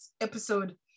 episode